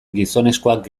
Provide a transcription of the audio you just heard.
gizonezkoak